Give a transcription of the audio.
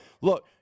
look